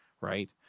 right